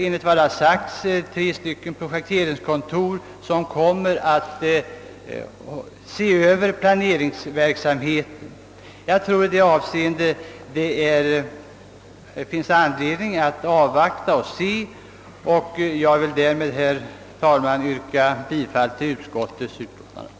Enligt vad som sagts kommer tre projekteringskontor att inrättas, vilka skall sköta planeringsverksamheten. Jag anser alltså att vi bör ställa oss avvaktande och yrkar därför, herr talman, bifall till utskottets hemställan.